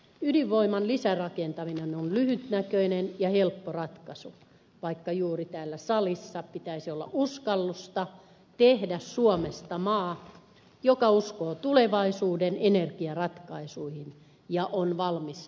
ydinvoiman lisärakentaminen on lyhytnäköinen ja helppo ratkaisu vaikka juuri täällä salissa pitäisi olla uskallusta tehdä suomesta maa joka uskoo tulevaisuuden energiaratkaisuihin ja on valmis panostamaan niihin